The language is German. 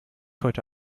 heute